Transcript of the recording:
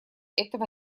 этого